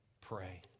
pray